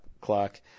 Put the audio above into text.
clock